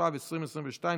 התשפ"ב 2022,